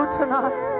tonight